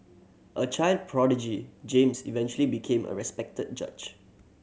a child prodigy James eventually became a respected judge